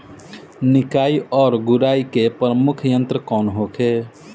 निकाई और गुड़ाई के प्रमुख यंत्र कौन होखे?